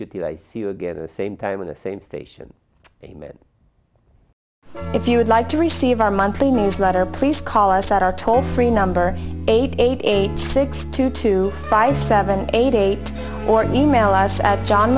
till i see you again the same time in the same station amen if you would like to receive our monthly newsletter please call us at our toll free number eight eight six two two five seven eight eight or e mail us at john